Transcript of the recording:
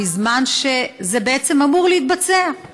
בזמן שזה בעצם אמור להתבצע,